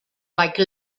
like